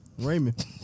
Raymond